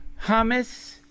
Hummus